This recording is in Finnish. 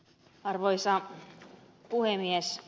arvoisa puhemies